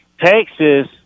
Texas